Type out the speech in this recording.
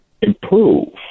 improve